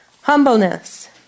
humbleness